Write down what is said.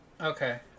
Okay